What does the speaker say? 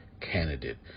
candidate